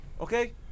Okay